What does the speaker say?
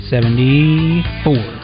Seventy-four